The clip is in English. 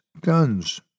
guns